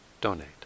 donate